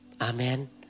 Amen